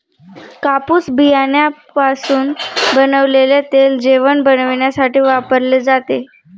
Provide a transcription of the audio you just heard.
कापूस बियाण्यापासून बनवलेले तेल जेवण बनविण्यासाठी वापरले जाते